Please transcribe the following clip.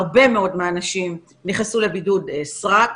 הרבה מאוד מאנשים נכנסו לבידוד סרק,